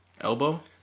Elbow